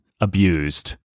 abused